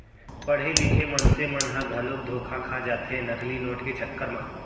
पड़हे लिखे मनसे मन ह घलोक धोखा खा जाथे नकली नोट के चक्कर म